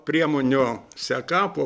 priemonių seka po